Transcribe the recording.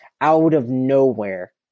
out-of-nowhere